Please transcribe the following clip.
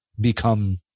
become